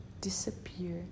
disappear